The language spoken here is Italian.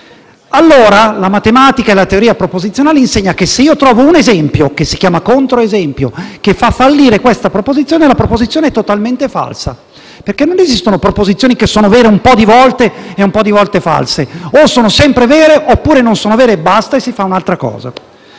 solo se. La matematica e la teoria proposizionale insegnano che se trovo un esempio, che si chiama controesempio, che fa fallire questa proposizione, essa è totalmente falsa. Non esistono infatti proposizioni che sono vere un po' di volte e un po' di volte sono false: o sono sempre vere, oppure non sono vere e basta e si fa un'altra cosa.